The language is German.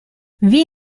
wie